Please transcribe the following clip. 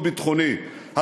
סיוע ביטחוני,